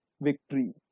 victory